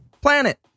planet